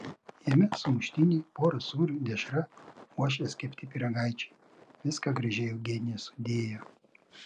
jame sumuštiniai pora sūrių dešra uošvės kepti pyragaičiai viską gražiai eugenija sudėjo